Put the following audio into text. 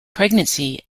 pregnancy